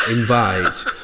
invite